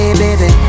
baby